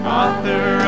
author